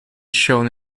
shown